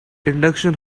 induction